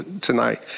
tonight